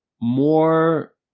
more